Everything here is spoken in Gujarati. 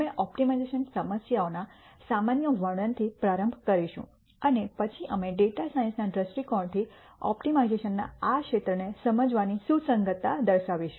અમે ઓપ્ટિમાઇઝેશન સમસ્યાઓના સામાન્ય વર્ણનથી પ્રારંભ કરીશું અને પછી અમે ડેટા સાયન્સના દ્રષ્ટિકોણથી ઓપ્ટિમાઇઝેશનના આ ક્ષેત્રને સમજવાની સુસંગતતા દર્શાવીશું